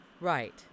Right